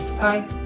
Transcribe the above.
Bye